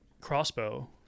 crossbow